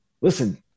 listen